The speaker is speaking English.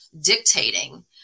dictating